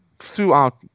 Throughout